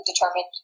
determined